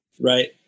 Right